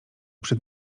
przed